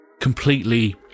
completely